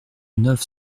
neuf